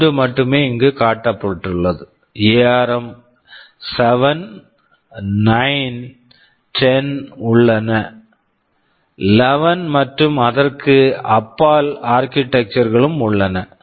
மூன்று மட்டுமே இங்கு காட்டப்பட்டுள்ளது எஆர்ம் ARM 7 9 10 உள்ளன 11 மற்றும் அதற்கு அப்பால் ஆர்க்கிடெக்சர் architecture களும் உள்ளன